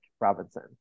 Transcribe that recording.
robinson